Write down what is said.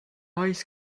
oes